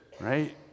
right